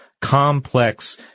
complex